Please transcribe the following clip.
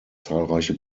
zahlreiche